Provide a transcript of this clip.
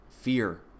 fear